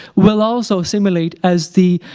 will also assimilate as the